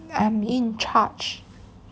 I'm in charge